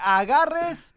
agarres